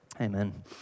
Amen